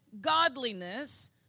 godliness